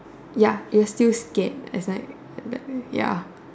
ya is still scare as like ya